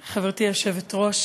השרים,